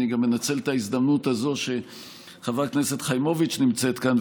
אני גם מנצל את ההזדמנות הזאת שחברת הכנסת חיימוביץ' נמצאת כאן,